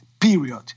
Period